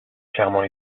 clairement